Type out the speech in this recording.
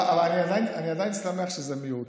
אבל אני עדיין שמח שזה מיעוט.